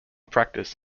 practice